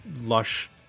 lush